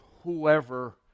whoever